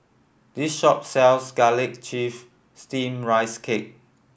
this shop sells garlic chive steam rice cake